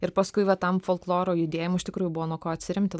ir paskui va tam folkloro judėjimui iš tikrųjų buvo nuo ko atsiremti